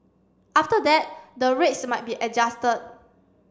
after that the rates might be adjusted